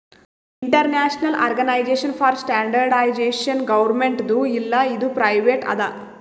international organisation for standardisation ಗೌರ್ಮೆಂಟ್ದು ಇಲ್ಲ ಇದು ಪ್ರೈವೇಟ್ ಅದಾ